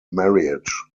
marriage